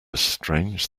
strange